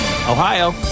Ohio